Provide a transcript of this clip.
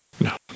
no